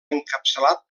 encapçalat